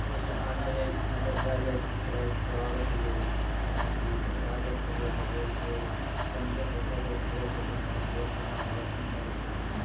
ओहिसँ आगा लेल मतलब जायल जाइ छै खेलाइ खेलबाबै के लेल जेनाकि राजस्तरीय भऽ गेल फेर अपन देश स्तर पर खेलै छथिन अपन देश के नाम रौशन करै छथिन